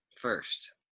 first